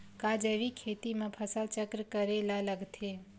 का जैविक खेती म फसल चक्र करे ल लगथे?